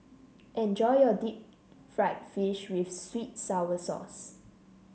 enjoy your Deep Fried Fish with sweet sour sauce